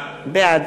בעד